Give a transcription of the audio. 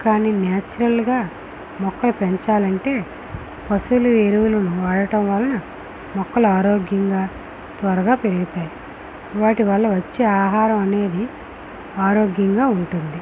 కానీ నాచురల్గా మొక్కలు పెంచాలంటే పశువుల ఎరువులను వాడటం వలన మొక్కలు ఆరోగ్యంగా త్వరగా పెరుగుతాయి వాటి వల్ల వచ్చే ఆహారం అనేది ఆరోగ్యంగా ఉంటుంది